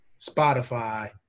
Spotify